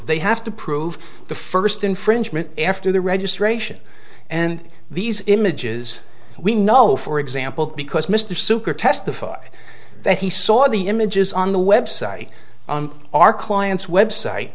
have to prove the first infringement after the registration and these images we know for example because mr zucker testified that he saw the images on the website on our client's website